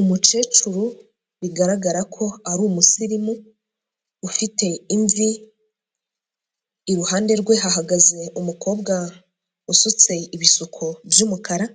Umukecuru bigaragara ko ari umusirimu ufite imvi, iruhande rwe hahagaze umukobwa usutse ibisuko by'umukara